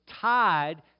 tied